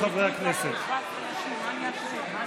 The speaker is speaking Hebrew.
חברי הכנסת, אנא שבו במקומותיכם.